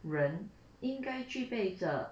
人应该具备着